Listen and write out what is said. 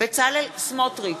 בצלאל סמוטריץ,